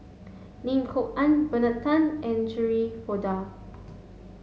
Lim Kok Ann Bernard Tan and Shirin Fozdar